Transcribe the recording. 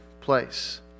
place